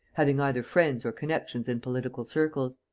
having either friends or connections in political circles.